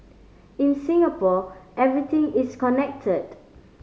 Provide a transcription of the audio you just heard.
in Singapore everything is connected